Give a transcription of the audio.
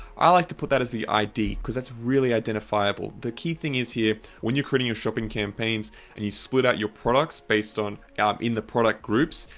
i like to put that as the id cause that's really identifiable, the key thing is here when you're creating your shopping campaigns and you split out your products based on art in the product groups,